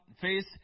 face